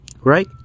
Right